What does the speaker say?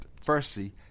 Firstly